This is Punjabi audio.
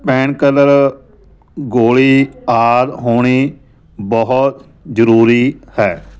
ਪੈਨ ਕਿਲਰ ਗੋਲੀ ਆਦਿ ਹੋਣੀ ਬਹੁਤ ਜ਼ਰੂਰੀ ਹੈ